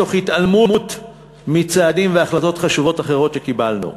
תוך התעלמות מצעדים והחלטות חשובות אחרות שקיבלנו.